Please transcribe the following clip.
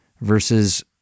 versus